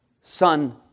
Son